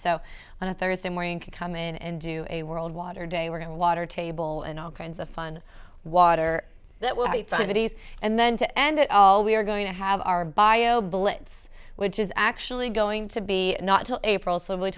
so on a thursday morning can come in and do a world water day we're going to water table and all kinds of fun water that will and then to end it all we're going to have our bio blitz which is actually going to be not till april so we're